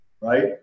right